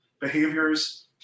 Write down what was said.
behaviors